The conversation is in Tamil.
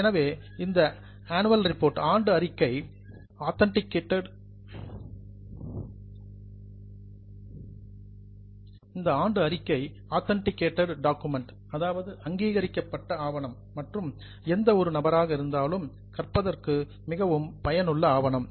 எனவே இந்த ஆனுவல் ரிப்போர்ட் ஆண்டு அறிக்கை ஆத்தன்டிக்டேட்டட் டாக்குமெண்ட் அங்கீகரிக்கப்பட்ட ஆவணம் மற்றும் எந்த ஒரு நபராக இருந்தாலும் கற்பதற்கு மிகவும் பயனுள்ள ஆவணம்